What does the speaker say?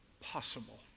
possible